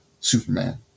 superman